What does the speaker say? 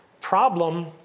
problem